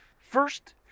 first